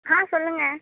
ஆ சொல்லுங்கள்